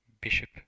Bishop